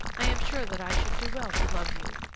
i am sure that i should do well to love you,